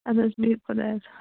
اَدٕ حظ بِہِو خۄدایس